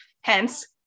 hence